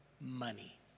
Money